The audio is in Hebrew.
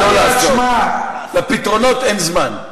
מה לא לעשות, לפתרונות אין זמן.